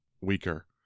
weaker